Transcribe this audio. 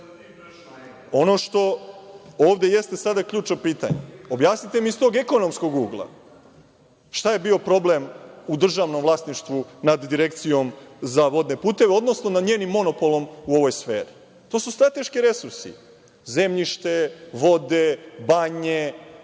što ovde jeste sada ključno pitanje, objasnite mi iz tog ekonomskog ugla šta je bio problem u državnom vlasništvu nad Direkcijom za vodne puteve, odnosno nad njenim monopolom u ovoj sferi? To su strateški resursi, zemljište, vode, banje,